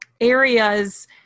areas